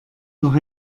noch